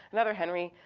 another henry,